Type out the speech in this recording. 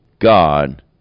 God